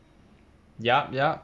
yup yup